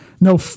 no